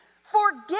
Forget